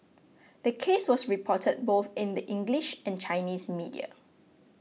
the case was reported both in the English and Chinese media